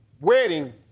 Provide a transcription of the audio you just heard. wedding